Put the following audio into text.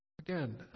Again